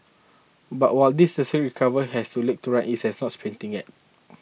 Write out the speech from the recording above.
but while this nascent recovery has to legs to run it is not sprinting yet